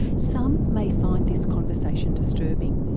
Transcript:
some may find this conversation disturbing,